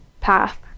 path